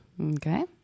Okay